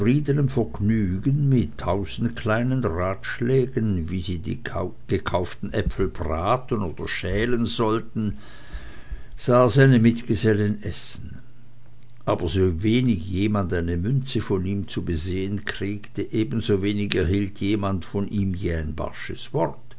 vergnügen mit tausend kleinen ratschlägen wie sie die gekauften äpfel braten oder schälen sollten sah er seine mitgesellen essen aber so wenig jemand eine münze von ihm zu besehen kriegte eben sowenig erhielt jemand von ihm je ein barsches wort